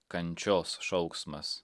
kančios šauksmas